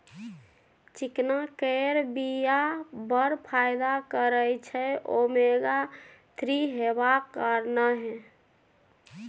चिकना केर बीया बड़ फाइदा करय छै ओमेगा थ्री हेबाक कारणेँ